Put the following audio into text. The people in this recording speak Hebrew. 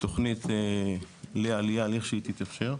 תכנית לעלייה לכשהיא תתאפשר.